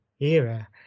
era